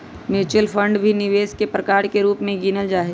mutual fund भी निवेश के प्रकार के रूप में गिनल जाहई